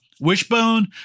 wishbone